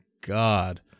God